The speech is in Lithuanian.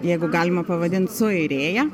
jeigu galima pavadint suairėja